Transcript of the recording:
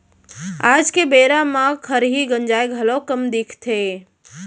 आज के बेरा म खरही गंजाय घलौ कम दिखथे